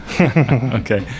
Okay